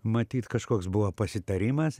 matyt kažkoks buvo pasitarimas